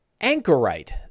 anchorite